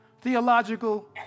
Theological